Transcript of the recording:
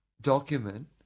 document